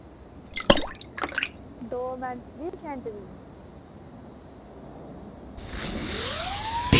दो मिंट त्रीह् सैकेंड दी